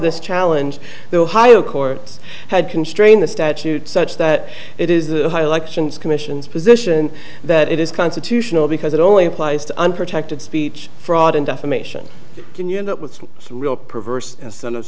this challenge the higher courts had constrained the statute such that it is a high like actions commissions position that it is constitutional because it only applies to unprotected speech fraud and defamation can you end up with some real perverse incentives